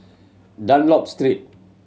Dunlop Street